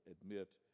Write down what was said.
admit